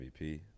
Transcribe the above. MVP